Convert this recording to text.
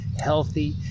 healthy